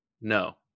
No